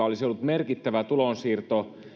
olisi ollut merkittävä tulonsiirto